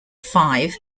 five